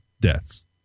deaths